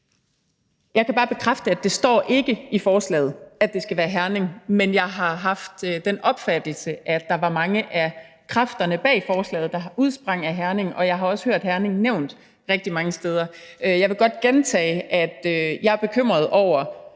Jeg kan bare bekræfte, at det ikke står i forslaget, at det skal være Herning, men jeg har haft den opfattelse, at der var mange af kræfterne bag forslaget, der udsprang af Herning, og jeg har også hørt Herning blive nævnt rigtig mange steder. Jeg vil godt gentage, at jeg er bekymret over